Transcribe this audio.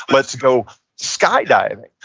let's go skydiving.